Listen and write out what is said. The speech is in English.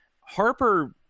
Harper